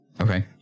Okay